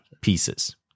pieces